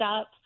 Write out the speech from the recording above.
up